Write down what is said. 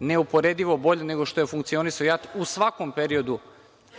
neuporedivo bolje nego što je funkcionisao JAT u svakom periodu